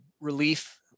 relief